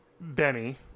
Benny